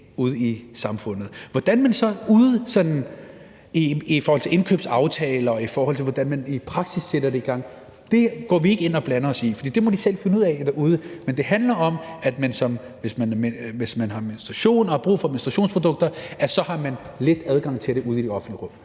ude i samfundet. Hvordan man så gør det i forhold til indkøbsaftaler, og i forhold til hvordan man i praksis sætter det i gang, går vi ikke ind og blander os i, for det må de selv finde ud af derude. Men det handler om, at man, hvis man har menstruation og har brug for menstruationsprodukter, så har let adgang til det ude i det offentlige rum.